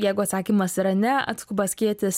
jeigu atsakymas yra ne atskuba skėtis